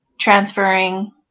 transferring